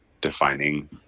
defining